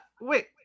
wait